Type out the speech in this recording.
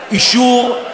אתכם.